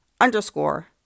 underscore